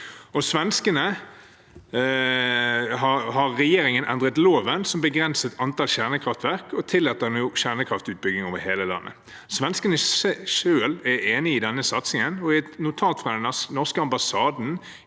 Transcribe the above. I Sverige har regjeringen endret loven som begrenser antall kjernekraftverk, og tillater nå kjernekraftutbygging over hele landet. Svenskene selv er enig i denne satsingen, og i et notat fra den norske ambassaden